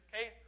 okay